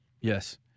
Yes